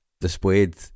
displayed